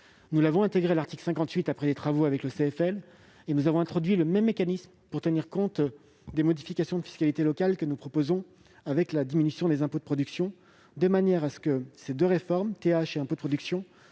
Nous l'avons intégré à l'article 58, après des travaux avec le Comité des finances locales (CFL), et nous avons introduit le même mécanisme pour tenir compte des modifications de fiscalité locale que nous proposons, avec la diminution des impôts de production, de manière que ces deux réformes - TH et impôts de production